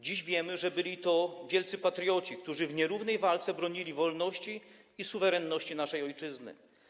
Dziś wiemy, że byli to wielcy patrioci, którzy w nierównej walce bronili wolności i suwerenności naszej ojczyzny.